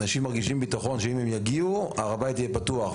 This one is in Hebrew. אנשים מרגישים ביטחון שאם הם יגיעו הר הבית יהיה פתוח.